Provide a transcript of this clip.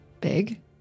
big